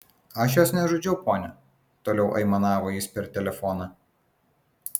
aš jos nežudžiau ponia toliau aimanavo jis per telefoną